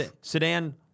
Sedan